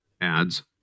ads